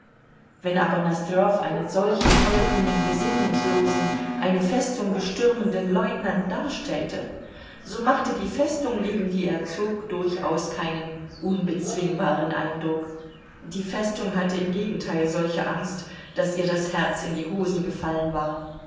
wenn aber nosdrjow einen solchen tollkühnen besinnungslosen eine festung bestürmenden leutnant darstellte so machte die festung gegen die er zog durchaus keinen unbezwingbaren eindruck die festung hatte im gegenteil solche angst daß ihr das herz in die hosen gefallen war